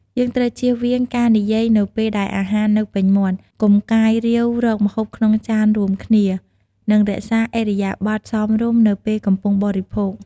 យើងត្រូវជៀសវាងការនិយាយនៅពេលដែលអាហារនៅពេញមាត់ កុំកាយរាវរកម្ហូបក្នុងចានរួមគ្នា និងរក្សាឥរិយាបថសមរម្យនៅពេលកំពុងបរិភោគ។។